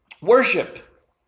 worship